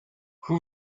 who